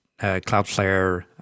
Cloudflare